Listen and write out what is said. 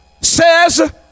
says